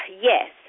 yes